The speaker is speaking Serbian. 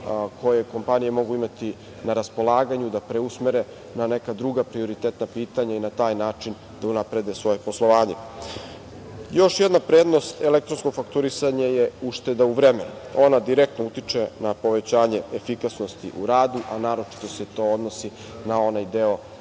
koje kompanije mogu imati na raspolaganju da preusmere na neka druga prioritetna pitanja i na taj način da unaprede svoje poslovanje. Još jedana prednost elektronskog fakturisanja je ušteda u vremenu. Ona direktno utiče na povećanje efikasnosti u radu, a naročito se to odnosi na onaj deo